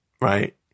Right